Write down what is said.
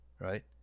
right